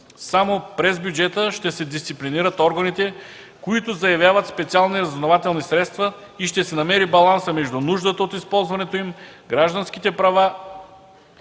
Само през бюджета ще се дисциплинират органите, които заявяват специални разузнавателни средства и ще се намери балансът между нуждата от използването им, гражданските права